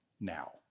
now